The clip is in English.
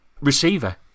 receiver